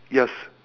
yes